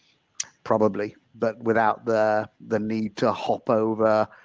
probably but without the the need to hop over